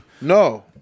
No